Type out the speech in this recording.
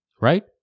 right